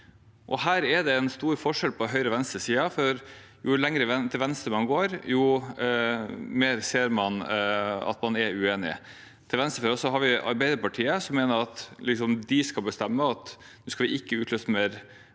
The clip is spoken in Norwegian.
Her er det en stor forskjell på høyre- og venstresiden. Jo lenger til venstre man går, jo mer ser man at man er uenig. Til venstre for oss har vi Arbeiderpartiet, som mener at de skal bestemme, og at vi ikke skal utløse flere